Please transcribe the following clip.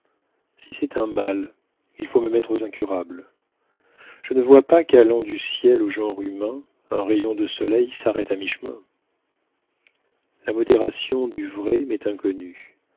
si c'est un mal il faut me mettre aux incurables je ne vois pas qu'allant du ciel au genre humain un rayon de soleil s'arrête à mi-chemin la modération du vrai m'est inconnue